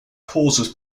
causes